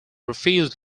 refused